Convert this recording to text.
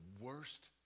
worst